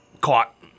caught